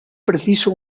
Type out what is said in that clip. preciso